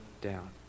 down